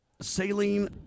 saline